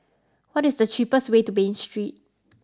what is the cheapest way to Bain Street